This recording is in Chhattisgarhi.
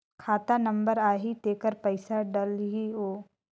खाता नंबर आही तेकर पइसा डलहीओ?